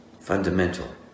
fundamental